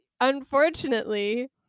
unfortunately